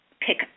pick